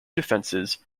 defenses